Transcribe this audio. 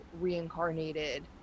reincarnated